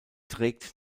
trägt